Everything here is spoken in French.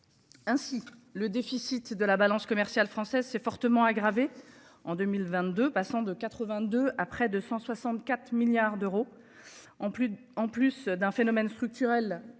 Ainsi le déficit de la balance commerciale française s'est fortement aggravée en 2022 passant de 82 à près de 164 milliards d'euros en plus en plus d'un phénomène structurel connue